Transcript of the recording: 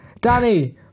Danny